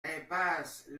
impasse